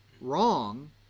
wrong